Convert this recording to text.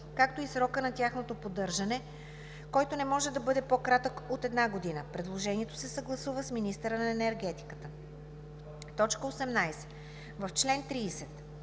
както и срокът на тяхното поддържане, който не може да бъде по-кратък от една година. Предложението се съгласува с министъра на енергетиката.“ 18. В чл. 30: